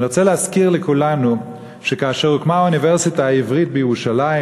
אני רוצה להזכיר לכולנו שכאשר הוקמה האוניברסיטה העברית בירושלים,